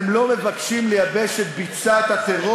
יש כזאת תוכנית אבל היא לא גובשה סופית,